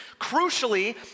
Crucially